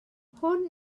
hwn